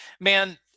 man